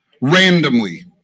randomly